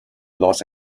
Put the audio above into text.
los